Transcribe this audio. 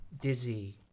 Dizzy